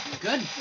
good